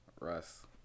Russ